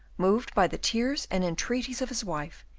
moved by the tears and entreaties of his wife,